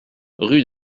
rue